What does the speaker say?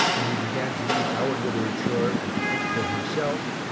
when he began to read our literature and to think for himself,